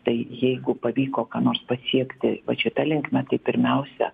tai jeigu pavyko ką nors pasiekti vat šita linkme tai pirmiausia